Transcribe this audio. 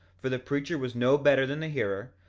for the preacher was no better than the hearer,